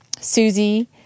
Susie